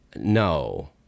No